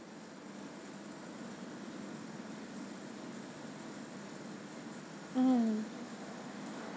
mm